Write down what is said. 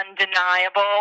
undeniable